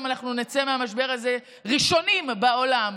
אנחנו נצא מהמשבר הזה ראשונים בעולם,